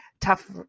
tough